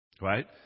Right